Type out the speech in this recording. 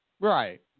Right